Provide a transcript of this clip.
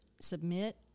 submit